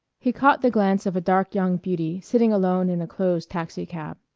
he caught the glance of a dark young beauty sitting alone in a closed taxicab.